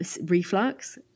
reflux